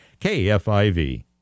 KFIV